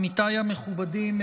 עמיתיי המכובדים,